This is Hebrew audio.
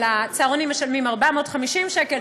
על הצהרונים משלמים 450 שקל,